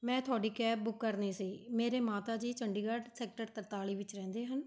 ਮੈਂ ਤੁਹਾਡੀ cab book ਕਰਨੀ ਸੀ ਮੇਰੇ ਮਾਤਾ ਜੀ ਚੰਡੀਗੜ੍ਹ ਸੈਕਟਰ ਤਰਤਾਲੀ ਵਿੱਚ ਰਹਿੰਦੇ ਹਨ